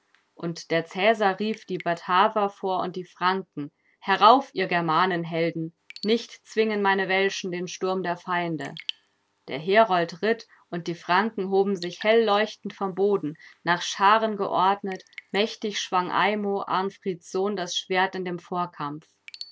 und der cäsar rief die bataver vor und die franken herauf ihr germanenhelden nicht zwingen meine welschen den sturm der feinde der herold ritt und die franken hoben sich helleuchtend vom boden nach scharen geordnet mächtig schwang aimo arnfrieds sohn das schwert in dem vorkampf